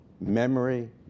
memory